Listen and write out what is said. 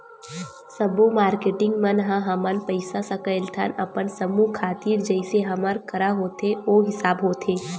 सब्बो मारकेटिंग मन ह हमन पइसा सकेलथन अपन समूह खातिर जइसे हमर करा होथे ओ हिसाब होथे